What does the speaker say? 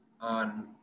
on